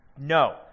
No